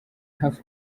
hafi